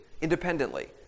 independently